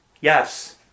Yes